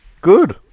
Good